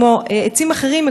כמו עצים אחרים,